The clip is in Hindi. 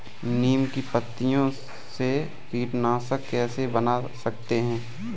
नीम की पत्तियों से कीटनाशक कैसे बना सकते हैं?